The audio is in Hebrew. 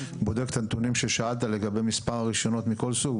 בודק את הנתונים ששאלת לגבי מספר הרישיונות מכל סוג,